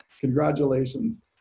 Congratulations